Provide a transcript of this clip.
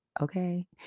Okay